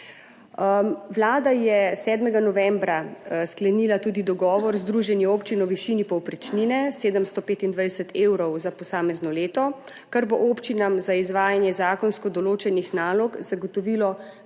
Vlada je 7. novembra sklenila tudi dogovor z Združenjem občin o višini povprečnine, 725 evrov za posamezno leto, kar bo občinam za izvajanje zakonsko določenih nalog zagotovilo